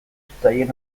zitzaien